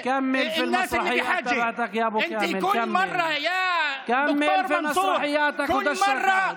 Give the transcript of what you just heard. זה אתה שכל פעם אומר שזאת ממשלת הליכוד.